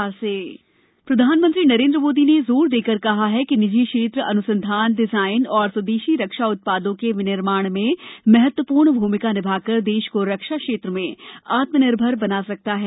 प्रधानमंत्री रक्षा प्रधानमंत्री नरेन्द्र मोदी ने जोर देकर कहा है कि निजी क्षेत्र अन्संधान डिजायन और स्वदेशी रक्षा उत्पादों के विनिर्माण में महत्वपूर्ण भूमिका निभाकर देश को रक्षा क्षेत्र में आत्मनिर्भर बना सकता है